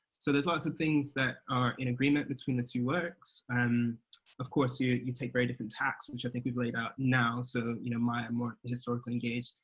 so there's lots of things that are in agreement between the two works, and of course you you take very different tacks, which i think we've laid out now, so you know, maya is more historically engaged,